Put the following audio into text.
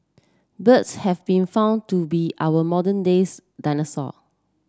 birds have been found to be our modern days dinosaur